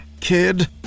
kid